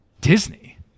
Disney